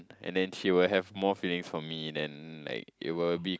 and then she will have more feelings for me then like it will be